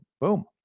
boom